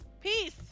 Peace